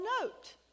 note